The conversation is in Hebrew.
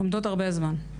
עומדות הרבה זמן.